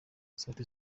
sauti